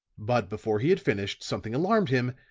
but, before he had finished, something alarmed him,